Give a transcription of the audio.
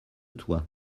toi